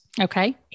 Okay